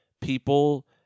people